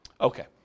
Okay